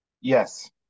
yes